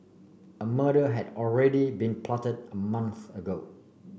a murder had already been plotted a month ago